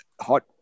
hot